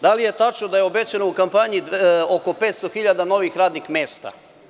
Da li je tačno da je obećano u kampanji oko 500 hiljada novih radnih mesta?